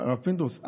הרב פינדרוס,